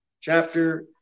chapter